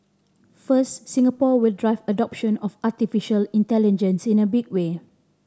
first Singapore will drive adoption of artificial intelligence in a big way